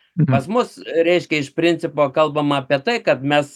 pas mus reiškia iš principo kalbama apie tai kad mes